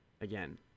again